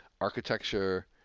architecture